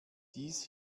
dies